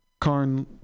karn